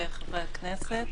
חברי הכנסת,